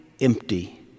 empty